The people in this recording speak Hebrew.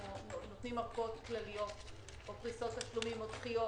אנחנו נותנים ארכות כלליות או פריסות תשלומים או דחיות